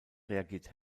reagiert